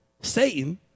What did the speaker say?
Satan